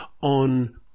on